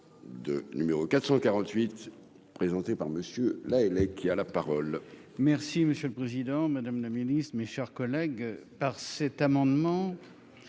de numéro 448 présenté par Monsieur là, elle qui a la parole.